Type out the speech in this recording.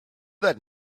that